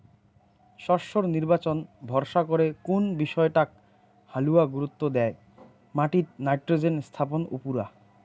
শস্যর নির্বাচন ভরসা করে কুন বিষয়টাক হালুয়া গুরুত্ব দ্যায় মাটিত নাইট্রোজেন স্থাপন উপুরা